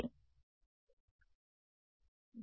విద్యార్థి అంటే